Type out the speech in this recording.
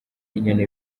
inyoni